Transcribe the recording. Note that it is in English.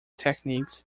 techniques